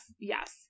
yes